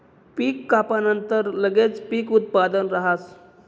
पीक कापानंतर लगेच पीक उत्पादन राहस